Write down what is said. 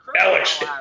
Alex